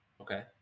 okay